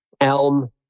elm